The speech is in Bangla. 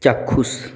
চাক্ষুষ